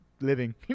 living